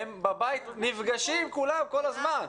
הם בבית נפגשים עם כולם כל הזמן.